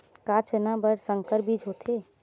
का चना बर संकर बीज होथे?